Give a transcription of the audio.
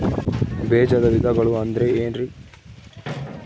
ಬೇಜದ ವಿಧಗಳು ಅಂದ್ರೆ ಏನ್ರಿ?